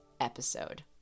episode